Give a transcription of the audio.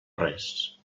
res